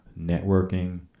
networking